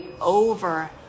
over